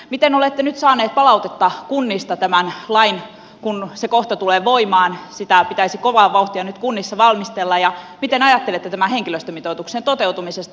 miten olette nyt saaneet palautetta kunnista tämän lain osalta kun se kohta tulee voimaan sitä pitäisi kovaa vauhtia nyt kunnissa valmistella ja mitä ajattelette tämän henkilöstömitoituksen toteutumisesta